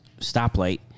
stoplight